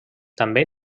també